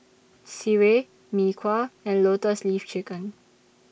Sireh Mee Kuah and Lotus Leaf Chicken